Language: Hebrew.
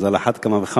אז על אחת כמה וכמה.